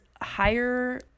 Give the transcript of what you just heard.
higher